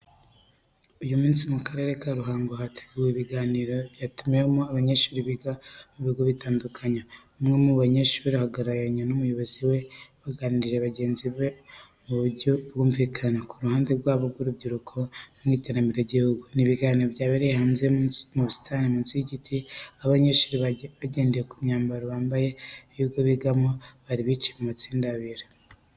Uyu munsi, Akarere ka Ruhango kateguye ibiganiro byatumiwemo abanyeshuri biga mu bigo bitandukanye. Umwe mu banyeshuri ahagararanye n'umuyobozi we, yaganirije bagenzi be mu buryo bwumvikana, ku ruhare rwabo nk'urubyiruko mu iterambere ry'igihugu. Ni ibiganiro byabereye hanze mu busitani munsi y'ibiti, aho abanyeshuri hagendewe ku myambaro bambaye n'ibigo bigamo, bari bicaye mu matsinda abiri.